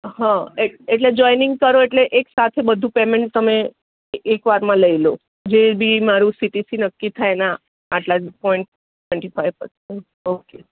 હં એટલે જોઈનીંગ કરો એટલે એકસાથે બધું પેમેન્ટ તમે એક વારમાં લઇ લો જે બી મારુ સીટીસી નક્કી થાય એના આટલા point twenty five percent okay